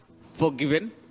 forgiven